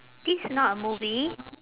this is not a movie